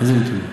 איזה נתונים?